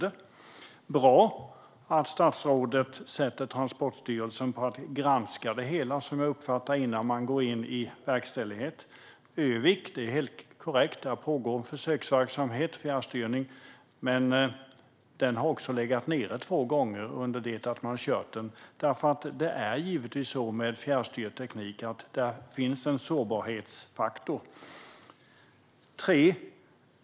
Det är bra att statsrådet sätter Transportstyrelsen på att granska det hela, som jag uppfattar det innan man går in i verkställighet. Det är helt korrekt att det pågår en försöksverksamhet med fjärrstyrning, men den har legat nere två gånger under det att man har kört den. Det är givetvis så med fjärrstyrd teknik att där finns en sårbarhetsfaktor.